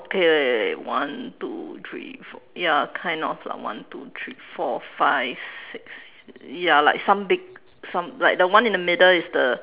okay wait wait wait one two three four ya kind of lah one two three four five six ya like some big some like the one in the middle is the